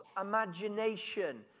imagination